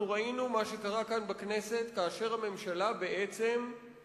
ראינו מה שקרה כאן בכנסת כאשר הממשלה הצליחה